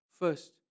First